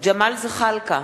ג'מאל זחאלקה,